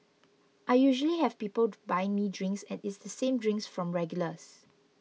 I usually have people buying me drinks and it's the same drinks from regulars